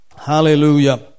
Hallelujah